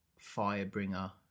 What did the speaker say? Firebringer